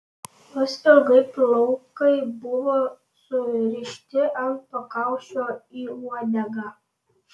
jos ilgi plaukai buvo surišti ant pakaušio į uodegą